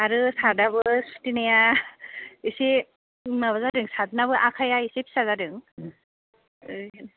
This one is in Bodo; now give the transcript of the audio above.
आरो सार्टआबो सुथेनाया इसे माबा जादों सार्टनाबो आखाया इसे फिसा जादों